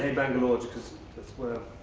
bangalore, just cause that's where,